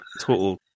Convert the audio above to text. total